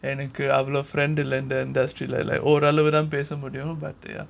எனக்கு அவ்ளோ:enaku avlo friend இல்ல இந்த:illa indha industry like ஓரளவு தான் பேச முடியும்:oralavuthan pesa mudium but ya